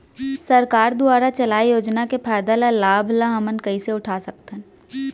सरकार दुवारा चलाये योजना के फायदा ल लाभ ल हमन कइसे उठा सकथन?